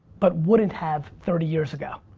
but wouldn't have thirty years ago?